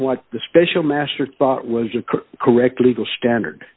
what the special master thought was the correct legal standard